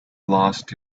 lost